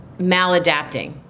maladapting